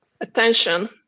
attention